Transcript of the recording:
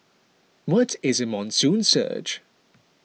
what is a monsoon surge